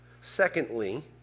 Secondly